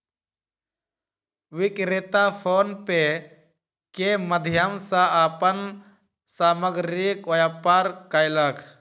विक्रेता PhonePe के माध्यम सॅ अपन सामग्रीक व्यापार कयलक